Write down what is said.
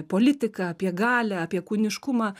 politiką apie galią apie kūniškumą